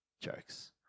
Jokes